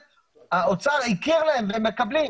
האוצר הכיר להם והם מקבלים.